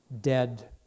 dead